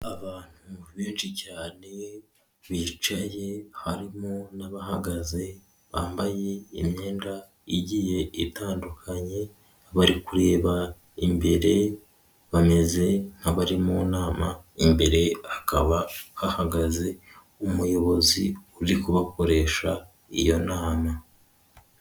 Abantu benshi cyane bicaye harimo n'abahagaze bambaye imyenda igiye itandukanye bari kureba imbere bameze nk'abari mu nama imbere hakaba hahagaze umuyobozi uri kubakoresha iyo nama.